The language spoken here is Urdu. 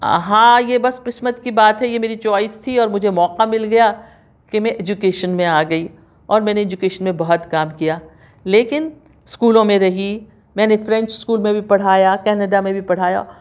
آ ہاں یہ بس قسمت کی بات ہے یہ میری چوائس تھی اور مجھے موقع مل گیا کہ میں ایجوکیشن میں آگئی اور میں نے ایجوکیشن میں بہت کام کیا لیکن اسکولوں میں رہی میں نے فرنچ اسکول میں بھی پڑھایا کینیڈا میں بھی پڑھایا